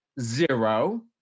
zero